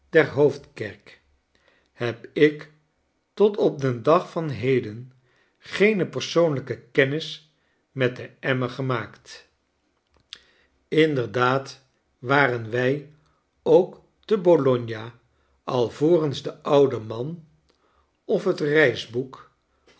der hoofdkerk heb ik tot op den dag van heden geene persoonlijke kennis met den emmer gemaakt inderdaad waren wy ook te bologna alvorens de oude man of het